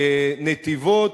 נתיבות,